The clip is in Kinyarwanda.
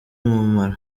umumaro